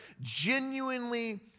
genuinely